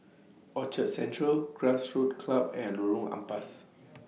Orchard Central Grassroots Club and Lorong Ampas